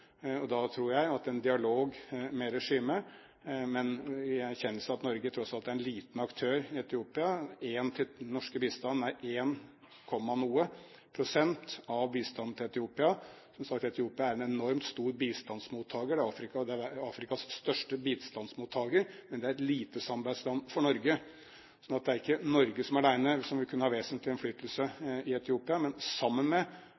områder. Da tror jeg på en dialog med regimet, men i erkjennelse av at Norge tross alt er en liten aktør i Etiopia. Den norske bistanden er en komma noe prosent av bistanden til Etiopia. Som sagt er Etiopia en enormt stor bistandsmottaker. Det er Afrikas største bistandsmottaker, men det er et lite samarbeidsland for Norge. Norge alene vil ikke kunne ha vesentlig innflytelse i Etiopia, men sammen med